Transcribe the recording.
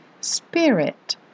spirit